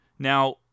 Now